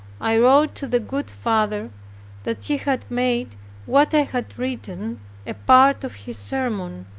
i wrote to the good father that he had made what i had written a part of his sermon,